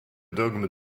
dogme